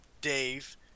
Dave